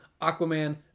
Aquaman